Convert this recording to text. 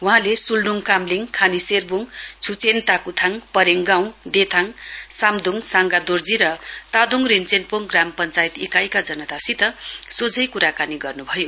वहाँले सुलडुङ काम्लिङ खानीशेरबुङ छुचेन ताकुथाङ परेङगाउँ देथाङ साम्दुङ साङगादोर्जी र तादोङ रिश्वेनपोङ ग्राम पश्वायत इकाइका जनतासित सोझै कुराकानी गर्नुभयो